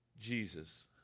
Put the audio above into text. Jesus